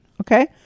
okay